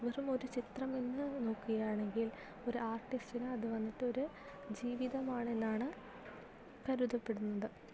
വെറുമൊരു ചിത്രമെന്ന് നോക്കിയാണെങ്കിൽ ഒര് ആർട്ടിസ്റ്റിന് അത് വന്നിട്ട് ഒര് ജീവിതമാണെന്നാണ് കരുതപ്പെടുന്നത്